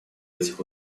этих